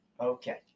Okay